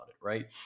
right